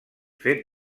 fet